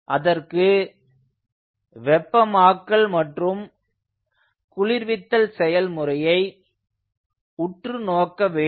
அதற்கு வெப்பமாக்கல் மற்றும் குளிர்வித்தல் செயல்முறையை உற்று நோக்க வேண்டும்